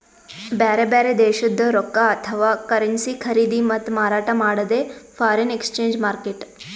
ಬ್ಯಾರೆ ಬ್ಯಾರೆ ದೇಶದ್ದ್ ರೊಕ್ಕಾ ಅಥವಾ ಕರೆನ್ಸಿ ಖರೀದಿ ಮತ್ತ್ ಮಾರಾಟ್ ಮಾಡದೇ ಫಾರೆನ್ ಎಕ್ಸ್ಚೇಂಜ್ ಮಾರ್ಕೆಟ್